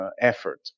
effort